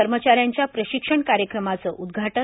कर्मचाऱ्यांच्या प्रशिक्षण कार्यक्रमाचं उदघाटन